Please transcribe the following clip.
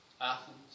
Athens